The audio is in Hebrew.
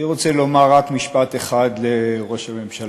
אני רוצה לומר רק משפט אחד לראש הממשלה: